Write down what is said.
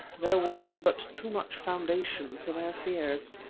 there was but too much foundation for their fears.